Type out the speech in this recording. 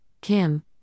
Kim